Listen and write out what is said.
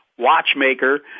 watchmaker